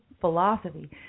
philosophy